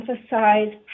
emphasize